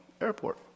Airport